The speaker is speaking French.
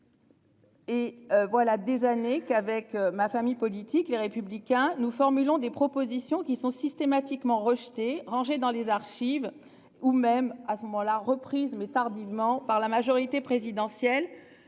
Et voilà des années qu'avec ma famille politique, les républicains nous formulons des propositions qui sont systématiquement rejetés rangé dans les archives ou même à ce moment-là reprise mais tardivement par la majorité présidentielle